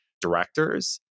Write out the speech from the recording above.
directors